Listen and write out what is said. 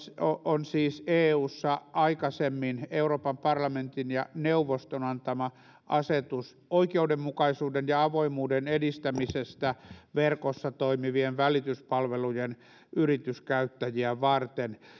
on siis eussa euroopan parlamentin ja neuvoston aikaisemmin antama asetus oikeudenmukaisuuden ja avoimuuden edistämisestä verkossa toimivien välityspalvelujen yrityskäyttäjiä varten